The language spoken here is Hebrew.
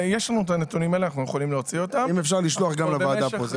אם אפשר לשלוח לוועדה.